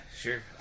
sure